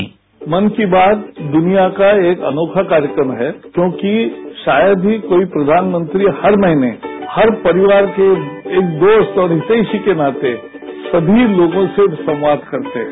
bite Mann Ki Baat दुनिया का एक अनोखा कार्यक्रम है क्योंकि शायद ही कोई प्रधानमंत्री हर महीने हर परिवार के एक दोस्त और हितेषी के नाते सभी लोगों से संवाद करते हैं